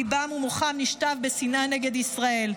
ליבם ומוחם נשטף בשנאה נגד ישראל.